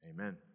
amen